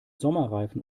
sommerreifen